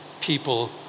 people